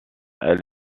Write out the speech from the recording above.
elle